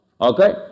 Okay